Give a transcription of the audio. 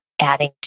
adding